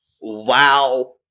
wow